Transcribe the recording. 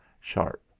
sharp